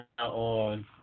on